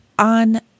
On